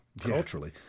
culturally